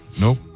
Nope